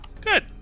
Good